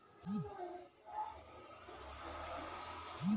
ನನಗೆ ಇ.ಎಂ.ಐ ಎಂಬ ಕಠಿಣ ವಿಷಯದ ಬಗ್ಗೆ ಮಾಹಿತಿ ಎಲ್ಲಿ ದೊರೆಯುತ್ತದೆಯೇ?